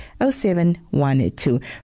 0712